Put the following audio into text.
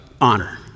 honor